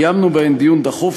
קיימנו בהן דיון דחוף,